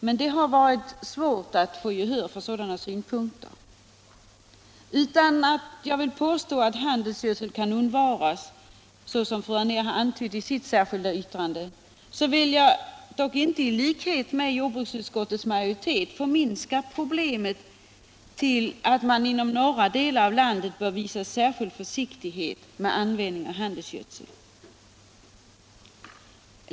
Men det har varit svårt att få gehör för sådana synpunkter. Utan att påstå att handelsgödsel kan undvaras — som fru Anér antytt i sitt särskilda yttrande -— vill jag dock inte i likhet med jordbruksutskottets majoritet förminska problemet till att man inom några delar av landet bör visa särskild försiktighet med användning av handelsgödsel.